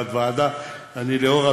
אוהבת,